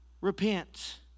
Repent